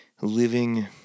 Living